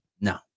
no